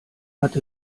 hatte